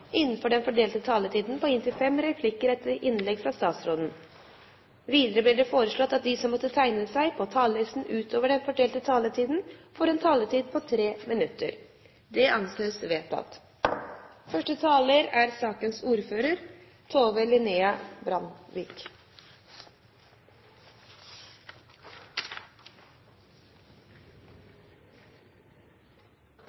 innenfor den fordelte taletid. Videre blir det foreslått at de som måtte tegne seg på talerlisten utover den fordelte taletid, får en taletid på inntil 3 minutter. – Det anses vedtatt.